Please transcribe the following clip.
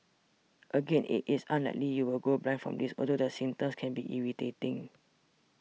again it is unlikely you will go blind from this although the symptoms can be irritating